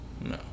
No